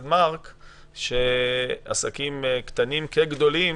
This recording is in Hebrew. אז אלה שתי האפשרויות שקיימות כרגע.